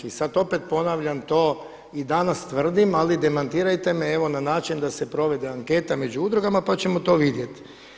I sad opet ponavljam to i danas tvrdim, ali demantirajte me evo na način da se provede anketa među udrugama pa ćemo to vidjeti.